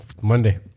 Monday